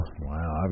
wow